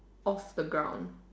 off the ground